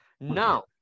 Now